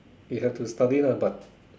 you have to study lah but